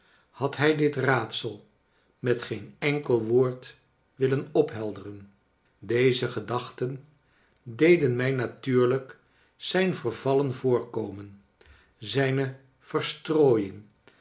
had bij dit raadsel met geen enkel woord willen ophelderen deze gedachten deden mij natuurlijk zijn vervallen voorkomen zijne verstrooiing